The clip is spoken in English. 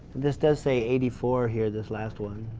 this does say eighty four here, this last one.